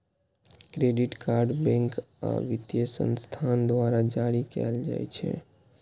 credit card bank आ वित्तीय संस्थान द्वारा जारी कैल जाइ छै